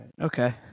okay